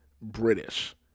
British